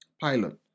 pilot